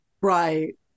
Right